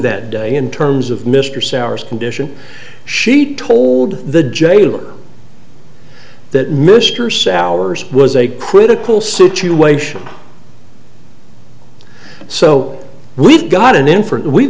that day in terms of mr souers condition she told the jailer that mr souers was a critical situation so we've got an infant we've